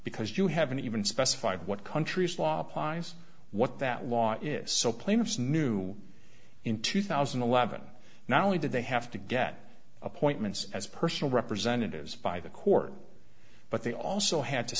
because you haven't even specified what countries law applies what that law is so plaintiffs knew in two thousand and eleven not only did they have to get appointments as personal representatives by the court but they also had to